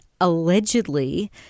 allegedly